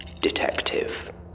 Detective